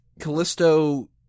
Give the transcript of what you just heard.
Callisto